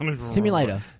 Simulator